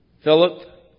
Philip